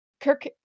Kirk